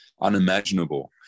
unimaginable